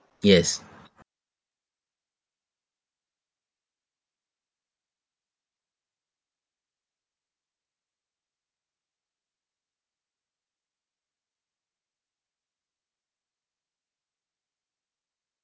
yes